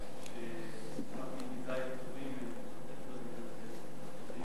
אם אפשר לבקש מחבר הכנסת זחאלקה, אני